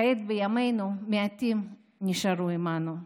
כעת בימינו, מעטים נשארו עימנו.